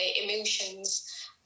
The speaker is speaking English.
emotions